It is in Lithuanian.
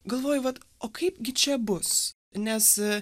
galvoju vat o kaipgi čia bus nes